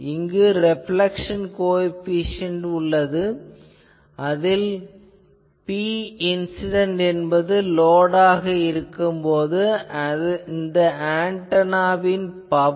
இங்கு reflection coefficient உள்ளது அதில் Pincident என்பது லோட் இருக்கும் போது இந்த ஆன்டெனாவின் பவர்